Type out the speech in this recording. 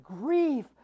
grief